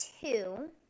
two